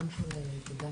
תודה,